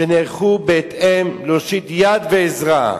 שנערכו בהתאם, להושיט יד ועזרה.